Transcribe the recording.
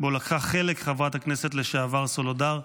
שבו לקחה חלק חברת הכנסת לשעבר סולודר,